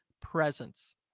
presence